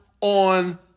on